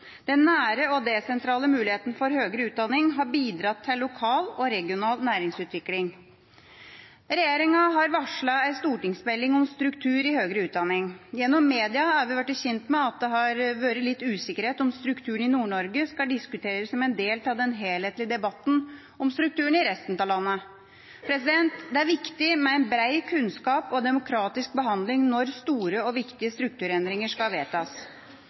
Den nære og desentrale muligheten for høgere utdanning har bidratt til lokal og regional næringsutvikling. Regjeringa har varslet en stortingsmelding om struktur i høgere utdanning. Gjennom media har vi blitt kjent med at det har vært litt usikkerhet om strukturen i Nord-Norge skal diskuteres som en del av den helhetlige debatten om strukturen i resten av landet. Det er viktig med bred kunnskap og demokratisk behandling når store og viktige strukturendringer skal vedtas.